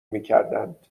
میکردند